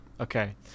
Okay